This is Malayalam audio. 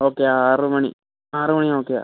ഓക്കെ ആറ് മണി ആറ് മണി ഓക്കെയാണ്